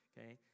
okay